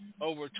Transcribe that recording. Over